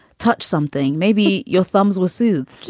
touch something. maybe your thumbs will soothe.